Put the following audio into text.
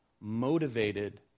motivated